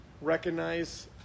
recognize